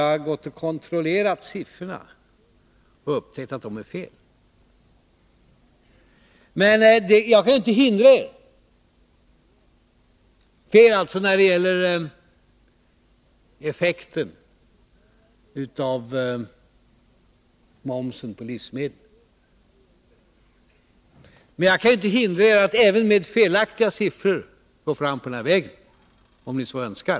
Jag har kontrollerat de siffror han angav och upptäckt att de är fel när det gäller effekten av momsen på livsmedel. Men jag kan inte hindra er att även med felaktiga siffror gå fram på den vägen, om ni så önskar.